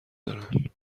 دارن